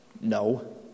No